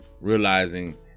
Realizing